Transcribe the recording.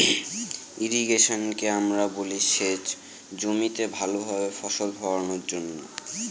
ইর্রিগেশনকে আমরা বলি সেচ জমিতে ভালো ভাবে ফসল ফোলানোর জন্য